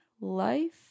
life